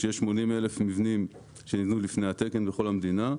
אנחנו יודעים שיש 80,000 מבנים שנבנו לפני התקן בכל המדינה.